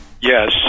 Yes